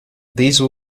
these